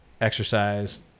exercise